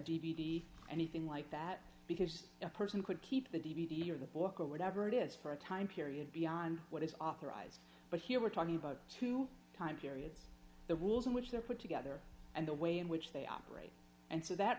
d anything like that because a person could keep the d v d or the book or whatever it is for a time period beyond what is authorized but here we're talking about two time periods the wools in which they're put together and the way in which they operate and so that